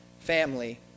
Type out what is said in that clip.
Family